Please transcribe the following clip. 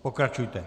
Pokračujte.